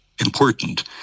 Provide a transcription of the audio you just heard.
important